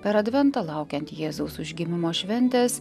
per adventą laukiant jėzaus užgimimo šventės